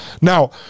Now